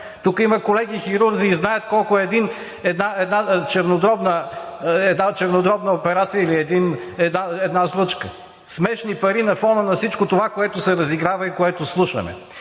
Тук има колеги хирурзи и знаят колко е една чернодробна операция или една жлъчка. Смешни пари на фона на всичко това, което се разиграва и което слушаме.